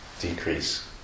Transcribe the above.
decrease